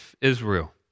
Israel